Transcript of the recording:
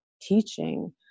teaching